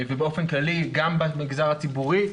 ובאופן כללי גם במגזר הציבורי,